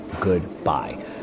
goodbye